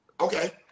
Okay